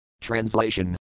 Translation